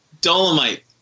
Dolomite